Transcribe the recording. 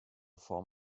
form